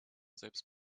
selbst